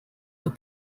were